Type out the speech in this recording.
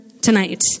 tonight